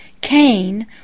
Cain